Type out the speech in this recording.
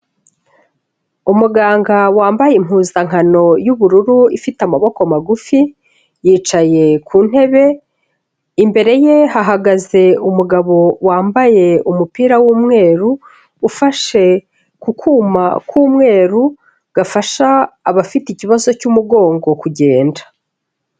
Umuganga wambaye impuzankano y'ubururu ifite amaboko magufi yicaye ku ntebe, imbere ye hahagaze umugabo wambaye umupira w'umweru, ufashe ku kuma k'umweru gafasha abafite ikibazo cy'umugongo kugenda.